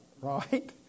right